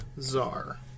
Czar